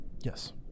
Yes